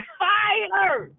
fire